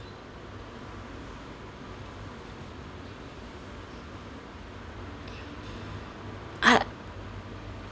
ah